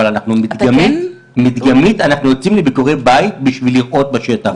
אבל מדגמית אנחנו יוצאים לביקורי בית בשביל לראות את המצב בשטח.